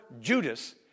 Judas